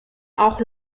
auch